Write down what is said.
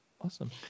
awesome